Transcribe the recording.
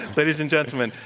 ladies and gentlemen,